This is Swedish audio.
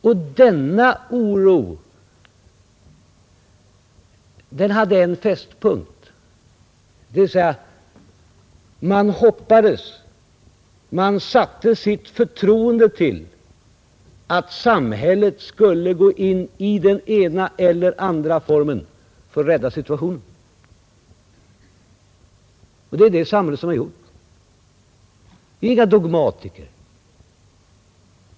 Och denna oro hade en fästpunkt: man satte sitt förtroende till att samhället skulle gripa in i den ena eller andra formen för att rädda situationen. Det är också vad samhället har gjort. Vi är inga dogmatiker.